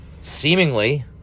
Seemingly